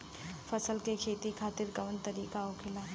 फसल का खेती खातिर कवन तरीका होखेला?